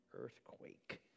earthquake